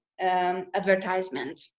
advertisement